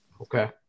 Okay